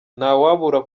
ntawabura